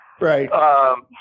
Right